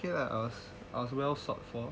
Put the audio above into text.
okay lah I was well sort of